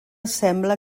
sembla